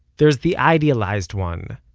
there's the idealized one,